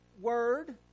word